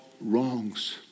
wrongs